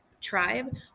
tribe